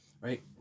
right